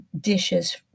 dishes